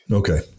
okay